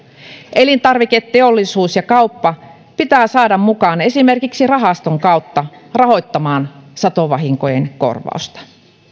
elintarviketeollisuus ja kauppa pitää saada mukaan esimerkiksi rahaston kautta rahoittamaan satovahinkojen korvausta